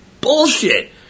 bullshit